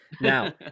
now